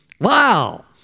Wow